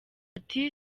ati